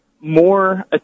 more